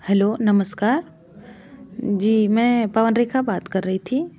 hello नमस्कार जी मैं पवन रेखा बात कर रही थी